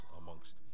amongst